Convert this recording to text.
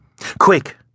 Quick